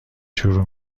شروع